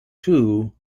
too